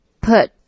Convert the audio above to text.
put